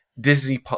Disney